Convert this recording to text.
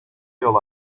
yol